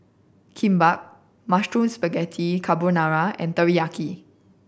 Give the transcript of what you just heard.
Kimbap Mushroom Spaghetti Carbonara and Teriyaki